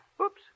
Oops